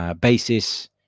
basis